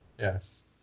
Yes